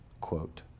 quote